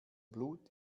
blut